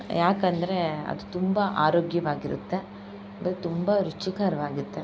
ಯಾಕಂದರೆ ಅದು ತುಂಬ ಆರೋಗ್ಯವಾಗಿರುತ್ತೆ ಮತ್ತು ತುಂಬ ರುಚಿಕರವಾಗುತ್ತೆ